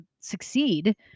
succeed